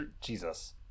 Jesus